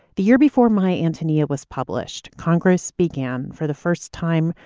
the year before my antonia was published, congress began for the first time,